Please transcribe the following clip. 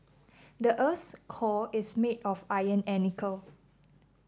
the earth's core is made of iron and nickel